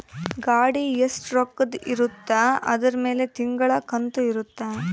ಗಾಡಿ ಎಸ್ಟ ರೊಕ್ಕದ್ ಇರುತ್ತ ಅದುರ್ ಮೇಲೆ ತಿಂಗಳ ಕಂತು ಇರುತ್ತ